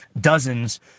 dozens